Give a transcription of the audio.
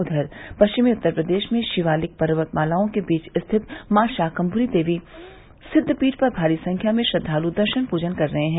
उघर पश्चिमी उत्तर प्रदेश में शिवालिक पर्वतमालाओं के बीच स्थित माँ शाकृम्मरी देवी सिद्दपीठ पर भारी संख्या में श्रद्वालु दर्शन पूजन कर रहे है